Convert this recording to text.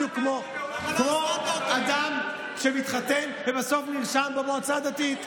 בדיוק כמו אדם שמתחתן ובסוף נרשם במועצה הדתית.